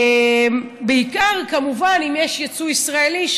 בעיקר כמובן אם יש יצוא ישראלי,